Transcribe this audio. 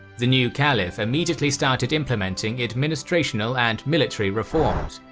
the new caliph immediately started implementing administrational and military reforms,